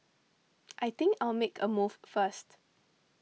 I think I'll make a move first